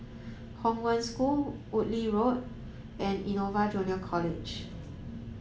Hong Wen School Woodleigh Lane and Innova Junior College